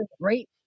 great